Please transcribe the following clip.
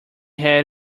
had